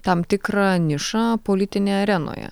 tam tikrą nišą politinėje arenoje